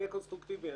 אהיה קונסטרוקטיבי,